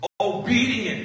obedient